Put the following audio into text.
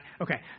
Okay